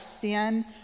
sin